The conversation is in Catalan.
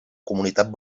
comunitat